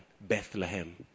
Bethlehem